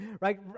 Right